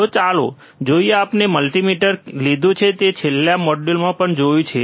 તો ચાલો જોઈએ અમને મલ્ટિમીટર લીધું છે જે તમે છેલ્લા મોડ્યુલમાં પણ જોયું છે